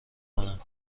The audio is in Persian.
کنم